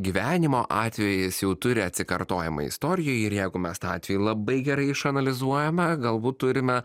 gyvenimo atvejis jau turi atsikartojimą istorijoj ir jeigu mes tą atvejį labai gerai išanalizuojame galbūt turime